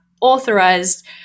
authorized